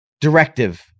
directive